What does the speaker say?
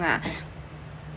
lah